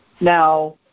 now